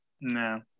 No